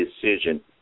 decision